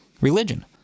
Religion